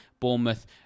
Bournemouth